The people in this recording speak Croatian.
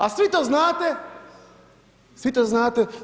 A svi to znate, svi to znate.